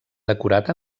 decorat